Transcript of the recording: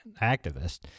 activist